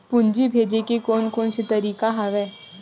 पूंजी भेजे के कोन कोन से तरीका हवय?